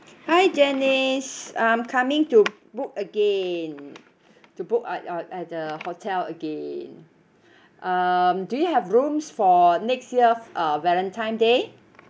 hi janice I'm coming to book again to book uh uh at the hotel again um do you have rooms for next year uh valentine day